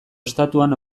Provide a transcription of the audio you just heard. estatuan